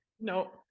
no